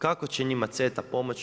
Kako će njima CETA pomoći?